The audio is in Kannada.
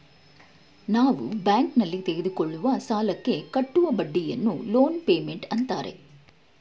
ನಾವು ಬ್ಯಾಂಕ್ನಲ್ಲಿ ತೆಗೆದುಕೊಳ್ಳುವ ಸಾಲಕ್ಕೆ ಕಟ್ಟುವ ಬಡ್ಡಿಯನ್ನು ಲೋನ್ ಪೇಮೆಂಟ್ ಅಂತಾರೆ